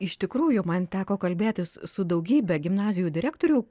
iš tikrųjų man teko kalbėtis su daugybe gimnazijų direktorių